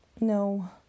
No